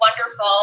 wonderful